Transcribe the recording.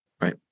Right